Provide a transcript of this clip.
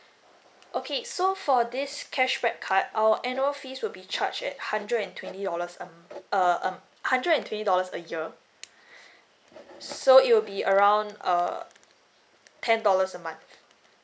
okay so for this cashback card our annual fees will be charge at hundred and twenty dollars a m~ err a m~ hundred and twenty dollars a year mm so it will be around err ten dollars a month